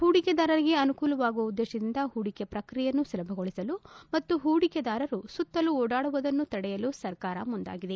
ಹೂಡಿಕೆದಾರರಿಗೆ ಅನುಕೂಲವಾಗುವ ಉದ್ದೇಶದಿಂದ ಪೂಡಿಕೆ ಪ್ರಕ್ರಿಯೆಯನ್ನು ಸುಲಭಗೊಳಿಸಲು ಮತ್ತು ಪೂಡಿಕೆದಾರರು ಸುತ್ತಲೂ ಓಡಾಡುವುದನ್ನು ತಡೆಯಲು ಸರಕಾರ ಮುಂದಾಗಿದೆ